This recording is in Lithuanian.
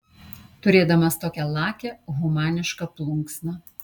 turėdamas tokią lakią humanišką plunksną